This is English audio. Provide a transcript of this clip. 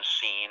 seen